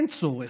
אין צורך.